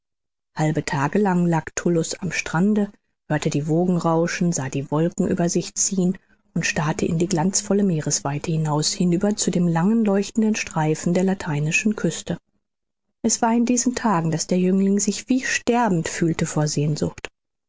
halbe tage lang lag tullus am strande hörte die wogen rauschen sah die wolken über sich ziehen und starrte in die glanzvolle meeresweite hinaus hinüber zu dem langen leuchtenden streifen der lateinischen küste es war in diesen tagen daß der jüngling sich wie sterbend fühlte vor sehnsucht